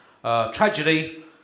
Tragedy